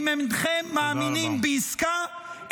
אם אינכם מאמינים בעסקה,